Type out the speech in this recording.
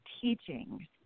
teaching